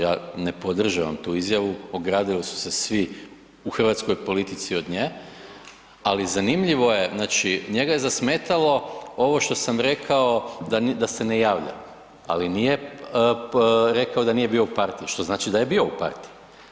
Ja ne podržavam tu izjavu, ogradili su se svi u hrvatskoj politici od nje, ali zanimljivo je znači njega je zasmetalo ovo što sam rekao da se ne javlja, ali nije rekao da nije bio u partiji, što znači da je bio u partiji.